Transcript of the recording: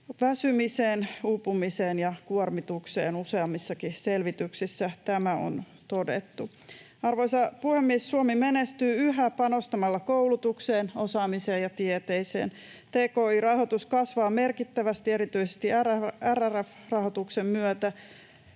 väsymiseen, uupumiseen ja kuormitukseen. Useammissakin selvityksissä tämä on todettu. Arvoisa puhemies! Suomi menestyy yhä panostamalla koulutukseen, osaamiseen ja tieteeseen. Tki-rahoitus kasvaa merkittävästi erityisesti RRF-rahoituksen myötä.